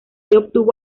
obtuvo